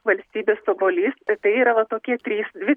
valstybės obuolys bet tai yra va tokie trys dvi